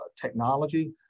technology